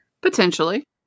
Potentially